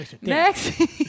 Next